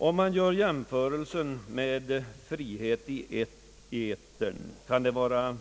Om man gör jämförelse med frihet i etern kan denna